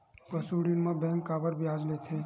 पशु ऋण म बैंक काबर ब्याज लेथे?